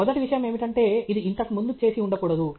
మొదటి విషయం ఏమిటంటే ఇది ఇంతకు ముందు చేసి ఉండకూడదు